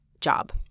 job